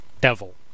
Devil